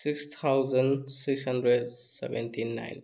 six thousand six hundred seventy nine